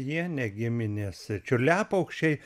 jie ne giminės čiurliapaukščiai